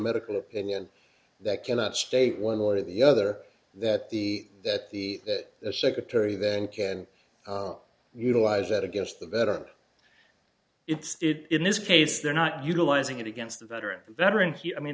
medical opinion that cannot state one way or the other that the that the that the secretary then can utilize that against the better it's it in this case they're not utilizing it against the veteran veteran here i mean